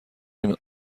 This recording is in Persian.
این